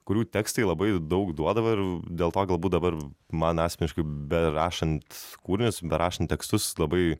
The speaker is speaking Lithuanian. kurių tekstai labai daug duodavo ir dėl to galbūt dabar man asmeniškai berašant kūrinius berašant tekstus labai